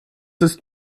ist